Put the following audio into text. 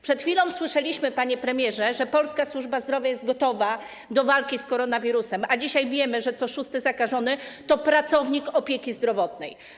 Przed chwilą słyszeliśmy, panie premierze, że polska służba zdrowia jest gotowa do walki z koronawirusem, a dzisiaj wiemy, że co szósty zakażony to pracownik opieki zdrowotnej.